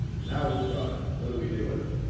now we've got it, what do we do with it?